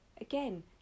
again